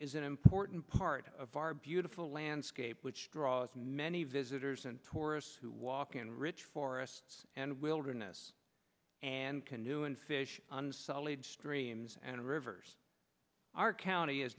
is an important part of our beautiful landscape which draws many visitors and tourists who walk in rich forests and wilderness and canoe and fish unsullied streams and rivers our county has